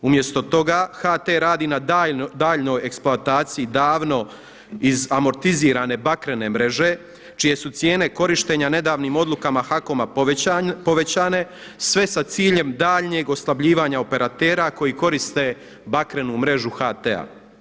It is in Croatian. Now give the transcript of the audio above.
Umjesto toga HT radi na daljnjoj eksploataciji davno iz amortizirane bakrene mreže, čije su cijene korištenja nedavnim odlukama HAKOM-a povećane sve sa ciljem daljnjeg oslabljivanja operatera koji koriste bakrenu mrežu HT-a.